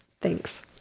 thanks